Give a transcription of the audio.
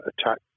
attack